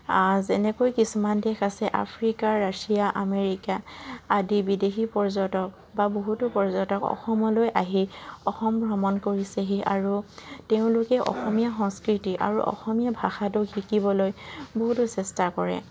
যেনেকৈ কিছুমান দেশ আছে আফ্ৰিকা ৰাছিয়া আমেৰিকা আদি বিদেশী পৰ্যটক বা বহুতো পৰ্যটক অসমলৈ আহি অসম ভ্ৰমণ কৰিছেহি আৰু তেওঁলোকে অসমীয়া সংস্কৃতি আৰু অসমীয়া ভাষাটো শিকিবলৈ বহুতো চেষ্টা কৰে